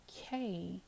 okay